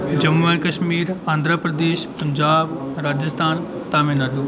Jammu and Kashmir Andhra Pradesh Punjab Rajasthan Tamil Nadu